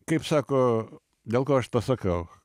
kaip sako dėl ko aš tą sakau